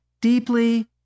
deeply